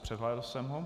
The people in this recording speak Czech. Přehlédl jsem ho.